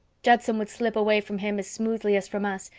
judson would slip away from him as smoothly as from us,